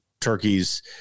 turkeys